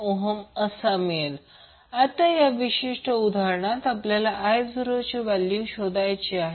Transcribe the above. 667 आता या विशिष्ट उदाहरणात आपल्याला I0 ची व्हॅल्यू शोधायची आहे